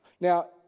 now